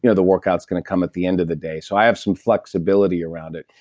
you know the workout is going to come at the end of the day. so, i have some flexibility around it,